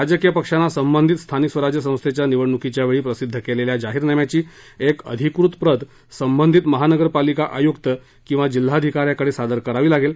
राजकीय पक्षांना संबंधित स्थानिक स्वराज्य संस्थेच्या निवडणुकीच्या वेळी प्रसिद्ध केलेल्या जाहीरनाम्याची एक अधिकृत प्रत संबंधित महानगरपालिका आयुक्त किंवा जिल्हाधिकाऱ्याकडे सादर करावी लागेल